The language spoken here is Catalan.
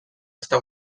està